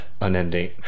unending